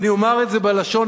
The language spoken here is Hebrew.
אני אומר את זה בלשון